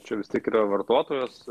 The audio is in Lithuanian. čia vis tiek yra vartotojos